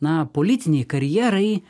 na politinei karjerai